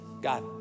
God